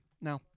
No